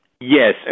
yes